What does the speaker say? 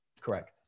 Correct